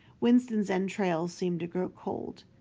winston's entrails seemed to grow cold.